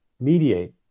mediate